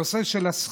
יש את נושא השכירות,